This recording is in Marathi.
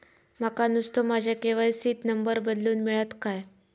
माका नुस्तो माझ्या के.वाय.सी त नंबर बदलून मिलात काय?